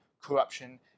corruption